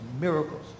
Miracles